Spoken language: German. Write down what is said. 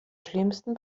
schlimmsten